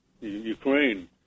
Ukraine